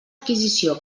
adquisició